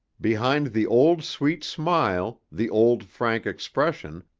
behind the old sweet smile, the old frank expression,